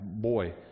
Boy